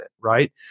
Right